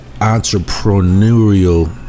entrepreneurial